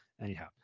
anyhow